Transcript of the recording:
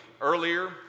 earlier